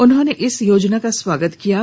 उन्होंने इस योजना का स्वागत किया है